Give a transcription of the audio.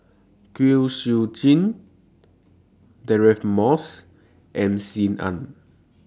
Kwek Siew Jin Deirdre Moss and SIM Ann